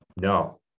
No